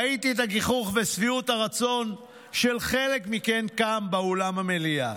ראיתי את הגיחוך ושביעות הרצון של חלק מכם כאן באולם המליאה,